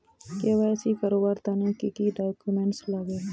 KYC करवार तने की की डॉक्यूमेंट लागे?